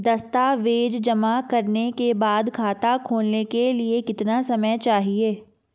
दस्तावेज़ जमा करने के बाद खाता खोलने के लिए कितना समय चाहिए?